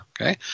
okay